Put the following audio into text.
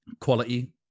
Quality